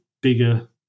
bigger